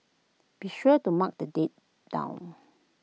be sure to mark the date down